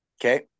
Okay